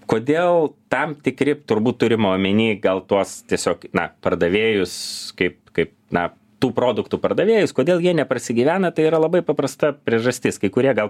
kodėl tam tikri turbūt turima omeny gal tuos tiesiog na pardavėjus kaip kaip na tų produktų pardavėjus kodėl jie neprasigyvena tai yra labai paprasta priežastis kai kurie gal